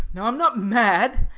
no, i am not mad.